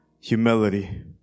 humility